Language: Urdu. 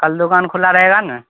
کل دکان کھلا رہے گا نا